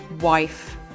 wife